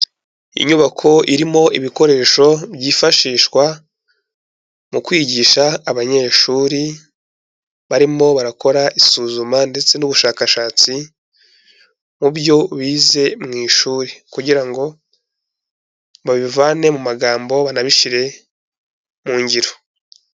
Inyubako irimo ibikoresho byifashishwa mu kwigisha abanyeshuri barimo barakora isuzuma ndetse n'ubushakashatsi mu byo bize mu ishuri kugira ngo babivane mu magambo banabishyire mu ngiro.